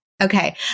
Okay